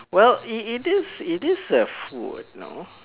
well it it is it is a food know